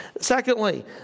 Secondly